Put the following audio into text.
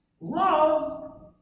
love